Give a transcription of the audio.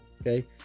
Okay